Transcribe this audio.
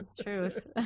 Truth